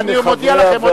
אמרתי, אתה פאשיסט קטן ועלוב.